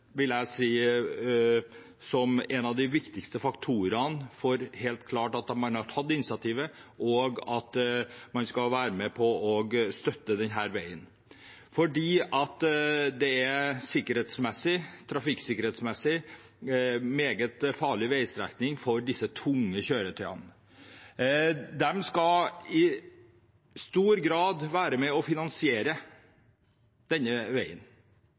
at man har tatt initiativet, og for at man skal være med på å støtte denne veien. Det er trafikksikkerhetsmessig en meget farlig veistrekning for de tunge kjøretøyene. De skal i stor grad være med og finansiere denne veien.